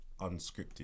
unscripted